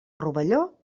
rovelló